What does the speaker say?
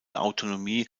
autonomie